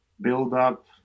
buildup